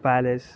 palace